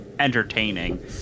entertaining